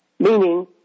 Meaning